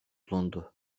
bulundu